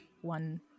one